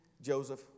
Joseph